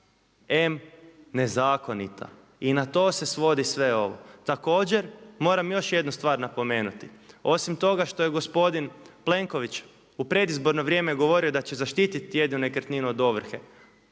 em nezakonita. I na to se svodi sve ovo. Također moram još jednu stvar napomenuti, osim toga što je gospodin Plenković u predizborno vrijeme govorio da će zaštititi jedinu nekretninu od ovrhe